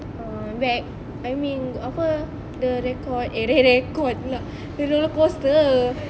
uh rec~ I mean apa the record eh record pula the roller coaster